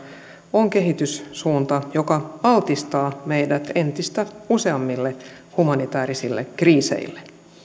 on kehityssuunta joka altistaa meidät entistä useammille humanitäärisille kriiseille